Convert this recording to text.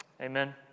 Amen